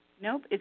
Nope